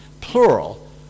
plural